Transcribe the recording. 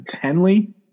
Henley